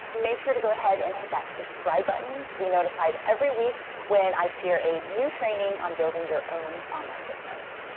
make sure to go ahead and hit that subscribe button to be notified every week when i share a new training on building your own online business.